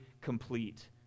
complete